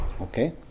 Okay